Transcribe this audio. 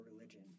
religion